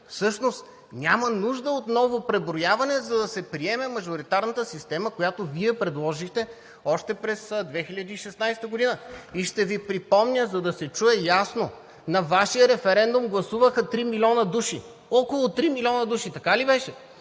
Всъщност няма нужда от ново преброяване, за да се приеме мажоритарната система, която Вие предложихте още през 2016 г. И ще Ви припомня, за да се чуе ясно – на Вашия референдум гласуваха три милиона души, около три милиона души, така ли беше?